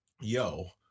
Yo